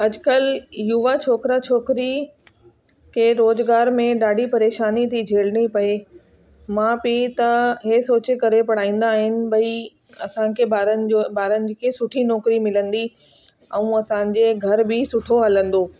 अॼुकल्ह युवा छोकिरा छोकिरी खे रोज़गार में ॾाढी परेशानी थी झेलनी पए माउ पीउ त इहा सोचे करे पढ़ाईंदा आहिनि भई असांखे ॿारनि जो ॿारनि जी के सुठी नौकरी मिलंदी ऐं असांजे घर बि सुठो हलंदो